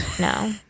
No